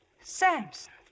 Samson